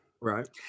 Right